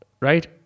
right